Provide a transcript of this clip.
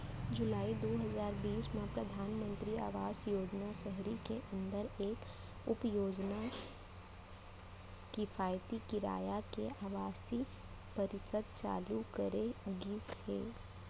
जुलाई दू हजार बीस म परधानमंतरी आवास योजना सहरी के अंदर एक उपयोजना किफायती किराया के आवासीय परिसर चालू करे गिस हे